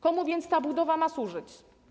Komu więc ta budowa ma służyć?